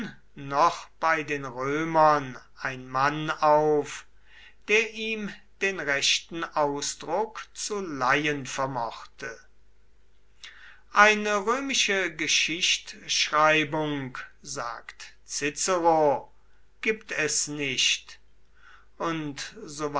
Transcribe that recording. noch bei den römern ein mann auf der ihm den rechten ausdruck zu leihen vermochte eine römische geschichtschreibung sagt cicero gibt es nicht und